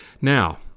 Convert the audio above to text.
Now